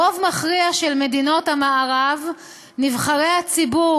ברוב מכריע של מדינות המערב נבחרי הציבור,